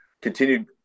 continued